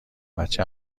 بچه